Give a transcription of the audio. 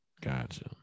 Gotcha